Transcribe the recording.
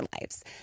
lives